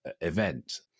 event